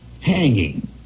hanging